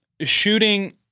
shooting